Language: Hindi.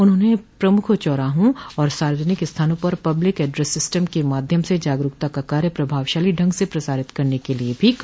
उन्होंने प्रमुख चौराहों और सार्वजनिक स्थानों पर पब्लिक एड्रेस सिस्टम के माध्यम से जागरूकता का कार्य प्रभावशाली ढंग से प्रसारित करने के लिये भी कहा